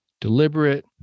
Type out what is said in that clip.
deliberate